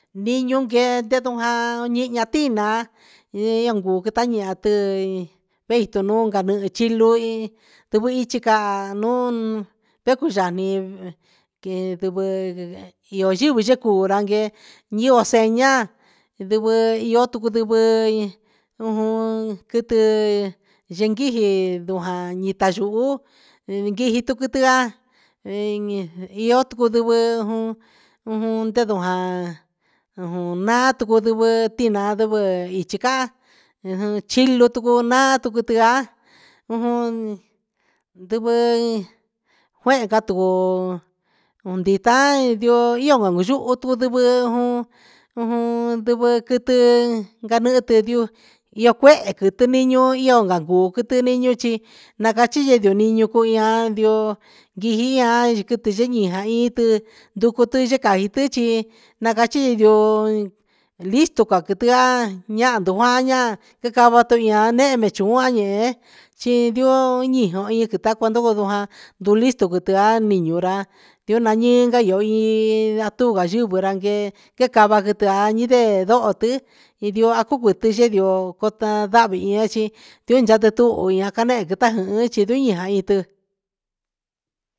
Niun guee ndendo jaan iha tia iangu quetai vei tu nuun ganihin chilu in ndigui ichi caa un tecu xaan ye ndivɨ iyo ivɨ cha cuu ra guee uhun sea ndivɨ iyo tici ndivɨ in ujum quiti yindiji ndujan ita xuhun ndijiti quitian io cuu ndivɨ ju ujun ndivɨguan nagutu ndivɨ ti naan ndivɨ ichi can chilu tucu naa tucu tuia ujun ndivɨ juehe jatu nduta ian xuhu ndivɨ ujun ndivɨ quiti gagitiu io cuehe quiti niu io ga cuu quiti niu chi nagachi yee niu cuian ndio gua quiti yini jain qui nducu tuyi cai tichi na cachi yuu listu ca quitia ahan ndoo guan a tocaba ndehe cho guaan ee chi ndioo i itacua ndo ndovo ju jaan ndu listu quitian nigura yu nai ra yee ni ra tuva xɨvi ra yee quee cava quitian i ndee ndoho ti ndi io guti a ndio gutu ndavi io chi chia cati uthun iuo canehe chi chinu iian jahin ti.